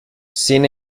sin